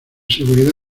seguridad